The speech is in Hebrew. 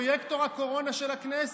לפרויקטור הקורונה של הכנסת?